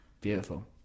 Beautiful